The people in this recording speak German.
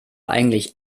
eigentlich